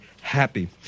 happy